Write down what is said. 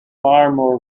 more